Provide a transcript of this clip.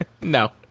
No